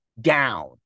down